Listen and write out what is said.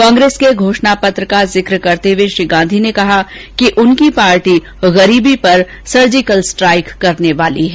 कांग्रेस के घोषणा पत्र का जिक्र करते हुए श्री गांधी ने कहा कि उनकी पार्टी गरीबी पर सर्जिकल स्ट्राइक करने वाली है